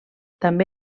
també